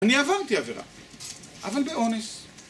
אני עברתי עבירה, אבל באונס.